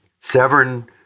Severn